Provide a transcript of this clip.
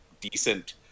decent